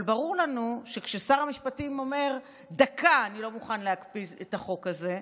אבל כששר המשפטים אומר: דקה אני לא מוכן להקפיא את החוק הזה,